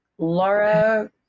Laura